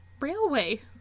railway